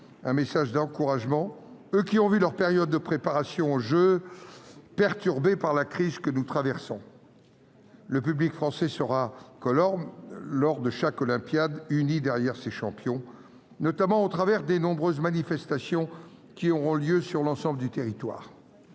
un message d'encouragement, eux qui ont vu leur période de préparation aux Jeux perturbée par la crise que nous traversons. Le public français sera, comme lors de chaque olympiade, uni derrière ses champions, notamment au travers des nombreuses manifestations qui auront lieu sur l'ensemble du territoire.